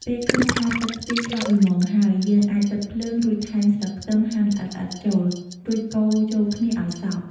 ពេលឃើញថាទឹកខ្ទិះខាប់ល្មមហើយ យើងអាចបិទភ្លើង រួចថែមស្លឹកខ្ទឹមហាន់ល្អិតៗចូល រួចកូរចូលគ្នាឲ្យសព្វ។